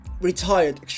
retired